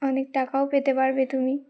অনেক টাকাও পেতে পারবে তুমি